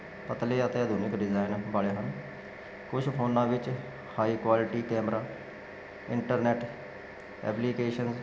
ਪਤਲੇ ਅਤੇ ਆਧੁਨਿਕ ਡਿਜਾਇਨ ਵਾਲੇ ਹਨ ਕੁਛ ਫੋਨਾਂ ਵਿੱਚ high quality camera internet application